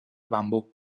bambú